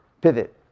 pivot